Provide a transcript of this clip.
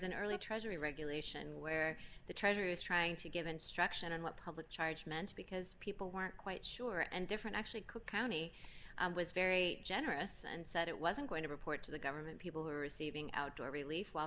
an early treasury regulation where the treasury was trying to give instruction in what public charge meant because people weren't quite sure and different actually cook county was very generous and said it wasn't going to report to the government people who are receiving outdoor relief well